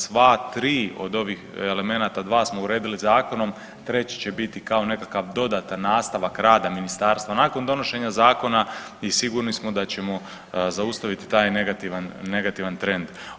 Sva 3 od ovih elemenata, 2 smo uredili zakonom, treći će biti kao nekakav nastavak rada Ministarstva nakon donošenja zakona i sigurni smo da ćemo zaustaviti taj negativan trend.